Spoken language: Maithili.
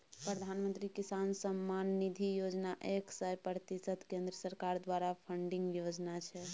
प्रधानमंत्री किसान सम्मान निधि योजना एक सय प्रतिशत केंद्र सरकार द्वारा फंडिंग योजना छै